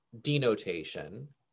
denotation